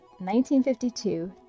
1952